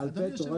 בעל פה?